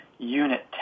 Unit